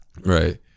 Right